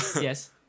Yes